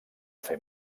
fer